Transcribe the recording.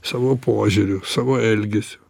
savo požiūriu savo elgesiu